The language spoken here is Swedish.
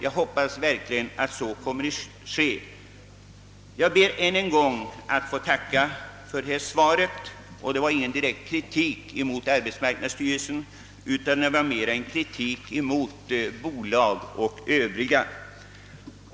Jag hoppas verkligen att vi också kommer att göra det. Jag ber än en gång att få tacka för svaret. Vad jag nu har sagt var inte menat som någon kritik mot arbetsmarknadsstyrelsen. utan var mer riktat mot bolag och övriga.